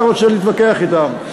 אתה רוצה להתווכח אתם.